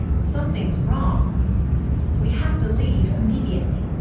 something's wrong we have to leave immediately